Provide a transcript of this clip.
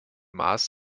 maas